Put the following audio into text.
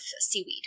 seaweed